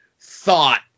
thought